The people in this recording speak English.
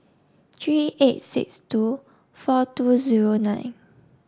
three eight six two four two zero nine